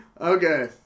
Okay